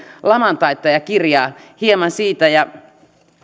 laman taittaja kirjaa ja